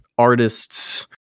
Artists